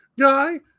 guy